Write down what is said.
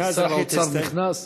הנה, שר האוצר נכנס.